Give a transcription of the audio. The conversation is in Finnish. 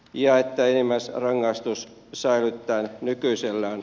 ja että enimmäisrangaistus säilytetään nykyisellään